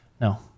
No